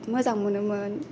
मोजां मोनोमोन